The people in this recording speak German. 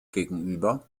gegenüber